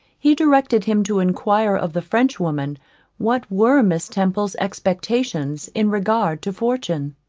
he directed him to enquire of the french woman what were miss temple's expectations in regard to fortune.